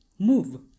move